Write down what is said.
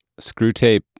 Screwtape